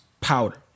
powder